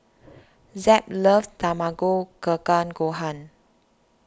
Zeb loves Tamago Kake Gohan